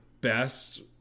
best